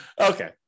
Okay